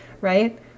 right